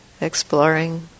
exploring